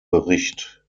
bericht